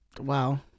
wow